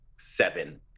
Seven